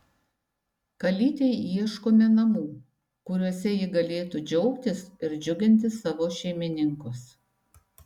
kalytei ieškome namų kuriuose ji galėtų džiaugtis ir džiuginti savo šeimininkus